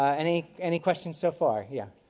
ah any any questions so far? yeah